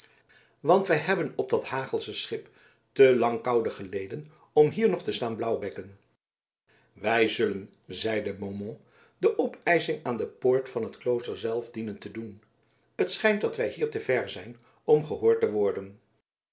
want wij hebben op dat hagelsche schip te lang koude geleden om hier nog te staan blauwbekken wij zullen zeide beaumont die opeisching aan de poort van het klooster zelf dienen te doen het schijnt dat wij hier te ver zijn om gehoord te worden